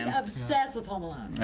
obsessed with home alone.